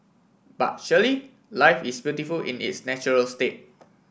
but surely life is beautiful in its natural state